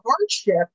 hardship